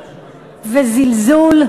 וזלזול,